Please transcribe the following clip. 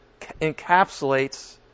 encapsulates